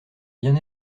bien